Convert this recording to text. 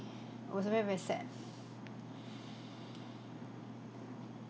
I was vey very sad